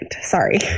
Sorry